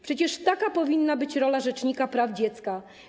Przecież taka powinna być rola rzecznika praw dziecka.